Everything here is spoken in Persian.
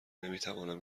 نمیتوانم